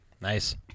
Nice